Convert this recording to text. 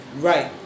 right